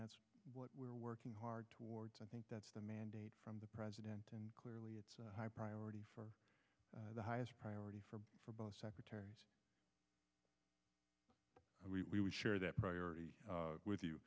that's what we're working hard towards i think that's the mandate from the president and clearly it's a high priority for the highest priority for for both secretaries we share that priority with you